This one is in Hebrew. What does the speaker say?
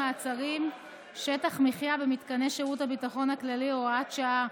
מעצרים) (שטח מחיה במתקני שירות הביטחון הכללי) (הוראת שעה),